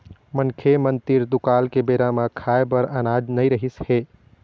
मनखे मन तीर दुकाल के बेरा म खाए बर अनाज नइ रिहिस हे